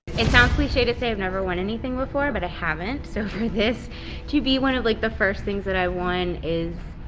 it sounds cliche to say i've never won anything before but i haven't, so for this to be one of like the first things that i won is